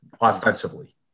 offensively